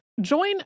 Join